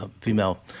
female